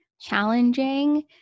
challenging